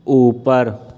اوپر